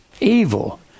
evil